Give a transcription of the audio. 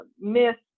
myths